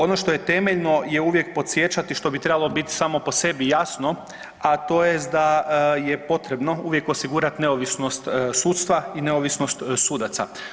Ono što je temeljno je uvijek podsjećati što bi trebalo biti samo po sebi jasno, a to je da je potrebno uvijek osigurati neovisnost sudstva i neovisnost sudaca.